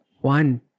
one